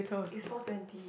it's four twenty